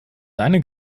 deine